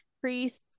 Priest's